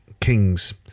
kings